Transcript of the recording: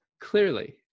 clearly